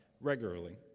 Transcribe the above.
regularly